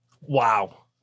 Wow